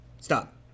stop